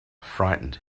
frightened